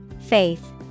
Faith